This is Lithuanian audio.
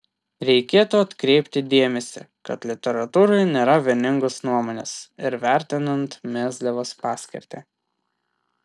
reikėtų atkreipti dėmesį kad literatūroje nėra vieningos nuomonės ir vertinant mezliavos paskirtį